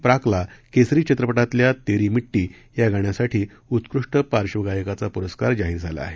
प्राकला केसरी चित्रप तेल्या तेरी मिट्टी या गाण्यासाठी उत्कृष्ट पार्श्वगायकाचा पुरस्कार जाहीर झाला आहे